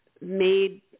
made